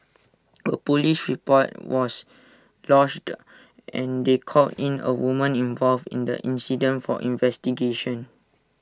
A Police report was lodged and they called in A woman involved in the incident for investigations